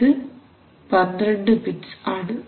ഇത് 12 ആണ്